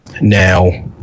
now